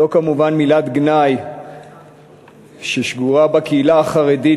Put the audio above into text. זו כמובן מילת גנאי ששגורה בקהילה החרדית